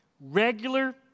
Regular